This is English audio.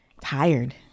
tired